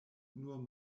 nur